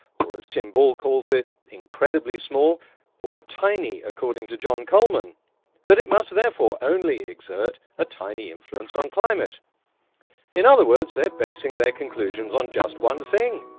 or as tim ball calls it incredibly small or tiny according to john coleman that it must therefore only exert a tiny influence on climate in other words they're basing their conclusions on just one thing.